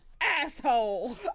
Asshole